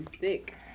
thick